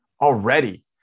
already